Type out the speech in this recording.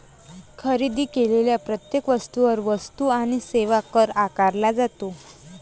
खरेदी केलेल्या प्रत्येक वस्तूवर वस्तू आणि सेवा कर आकारला जातो